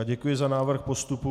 Děkuji za návrh postupu.